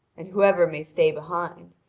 and whoever may stay behind,